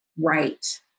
right